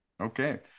Okay